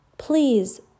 Please